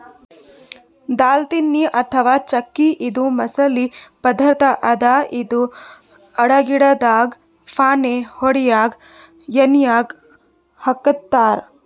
ದಾಲ್ಚಿನ್ನಿ ಅಥವಾ ಚಕ್ಕಿ ಇದು ಮಸಾಲಿ ಪದಾರ್ಥ್ ಅದಾ ಇದು ಅಡಗಿದಾಗ್ ಫಾಣೆ ಹೊಡ್ಯಾಗ್ ಎಣ್ಯಾಗ್ ಹಾಕ್ತಾರ್